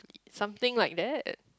something like that